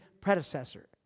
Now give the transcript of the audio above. predecessor